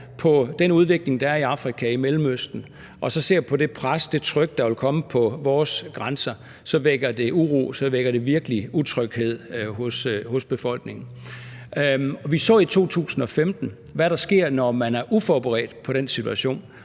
på den udvikling, der er i Afrika og i Mellemøsten, og ser på det pres, det tryk, der vil komme på vores grænser, så vækker det uro; så vækker det virkelig utryghed hos befolkningen. Vi så i 2015, hvad der sker, når man er uforberedt på den situation,